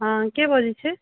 हॅं के बजै छी